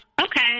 okay